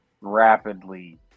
rapidly